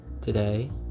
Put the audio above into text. today